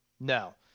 no